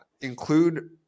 include